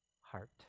heart